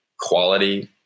quality